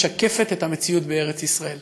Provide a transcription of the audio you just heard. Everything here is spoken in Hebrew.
משקפת את המציאות בארץ-ישראל.